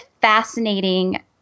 fascinating